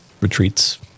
retreats